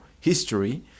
history